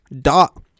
dot